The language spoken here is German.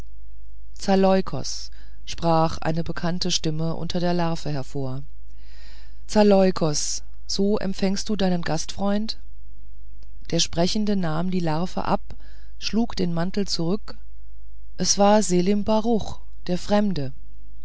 zaleukos sprach eine bekannte stimme unter der larve hervor zaleukos so empfängst du deinen gastfreund der sprechende nahm die larve ab schlug den mantel zurück es war selim baruch der fremde